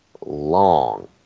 long